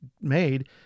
made